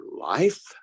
life